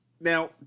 now